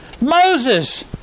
Moses